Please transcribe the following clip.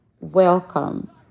Welcome